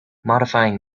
modifying